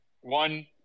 one